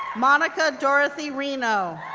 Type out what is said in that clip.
monica dorothy reno,